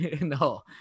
No